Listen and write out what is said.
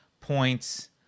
points